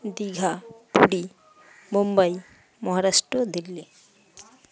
Digha Puri Mumbai Maharashtra Delhi